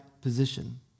position